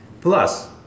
plus